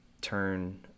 turn